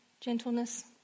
gentleness